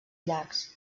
llacs